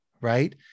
right